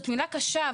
זאת מילה קשה,